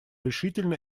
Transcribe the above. решительно